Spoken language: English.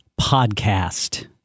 podcast